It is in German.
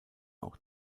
auch